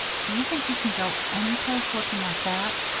do you think you can go any place looking like that?